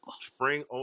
Spring